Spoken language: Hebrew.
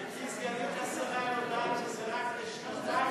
גברתי סגנית השר יודעת שזה רק לשנתיים?